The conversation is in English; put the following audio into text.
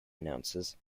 announces